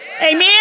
Amen